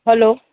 hello